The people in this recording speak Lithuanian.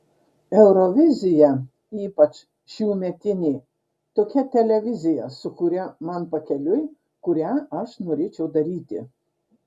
eurovizija ypač šiųmetinė tokia televizija su kuria man pakeliui kurią aš norėčiau daryti